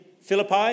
Philippi